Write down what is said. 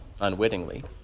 unwittingly